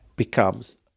Becomes